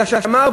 אלא שמר.